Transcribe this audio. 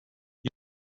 you